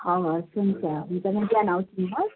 हवस् हुन्छ हुन्छ म बिहान आउँछु नि ल